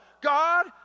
God